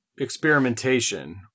experimentation